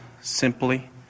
simply